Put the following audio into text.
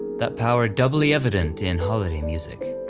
that power doubly evident in holiday music.